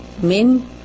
Min